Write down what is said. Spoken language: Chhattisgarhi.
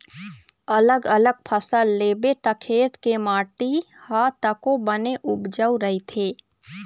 अलग अलग फसल लेबे त खेत के माटी ह तको बने उपजऊ रहिथे